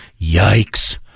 yikes